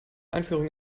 einführung